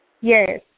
Yes